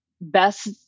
best